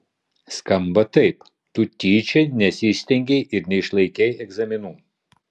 skamba taip tu tyčia nesistengei ir neišlaikei egzaminų